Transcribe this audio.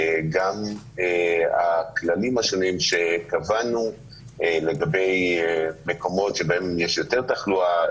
גם הכללים השונים שקבענו לגבי מקומות שיש בהם יותר תחלואה,